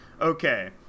okay